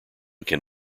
can